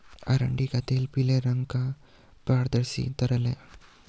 अरंडी का तेल पीले रंग का पारदर्शी तरल है